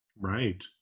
right